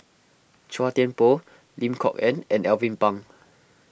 Chua Thian Poh Lim Kok Ann and Alvin Pang